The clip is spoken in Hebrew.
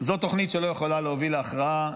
זו תוכנית שלא יכולה להוביל להכרעה,